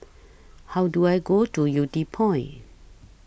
How Do I Go to Yew Tee Point